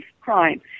crime